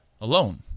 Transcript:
alone